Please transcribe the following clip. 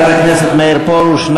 חבר הכנסת מאיר פרוש,